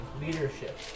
leadership